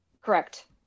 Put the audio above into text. correct